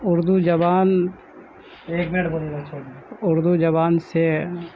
اردو زبان اردو زبان سے